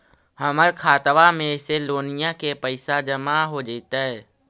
हमर खातबा में से लोनिया के पैसा जामा हो जैतय?